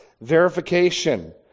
verification